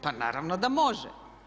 Pa naravno da može.